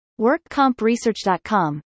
workcompresearch.com